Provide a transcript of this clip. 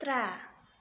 त्रैऽ